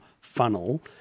funnel